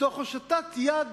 מתוך הושטת יד